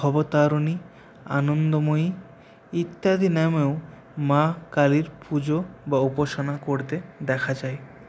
ভবতারিণী আনন্দময়ী ইত্যাদি নামেও মা কালীর পুজো বা উপাসনা করতে দেখতে দেখা যায়